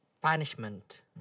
punishment